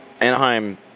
Anaheim